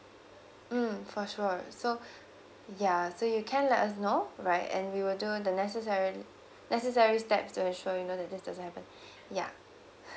mm for sure so ya so you can let us know right and we will do the necessary necessary steps to ensure you know that this does not happen ya